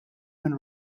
minn